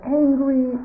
angry